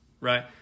right